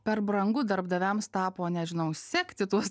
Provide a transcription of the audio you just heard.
per brangu darbdaviams tapo nežinau sekti tuos